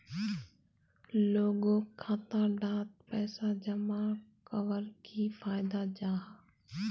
लोगोक खाता डात पैसा जमा कवर की फायदा जाहा?